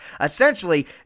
Essentially